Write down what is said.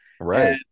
right